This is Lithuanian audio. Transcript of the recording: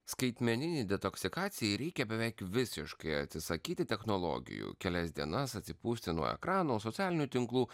skaitmeninei detoksikacijai reikia beveik visiškai atsisakyti technologijų kelias dienas atsipūsti nuo ekranų socialinių tinklų